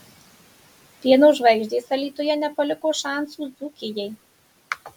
pieno žvaigždės alytuje nepaliko šansų dzūkijai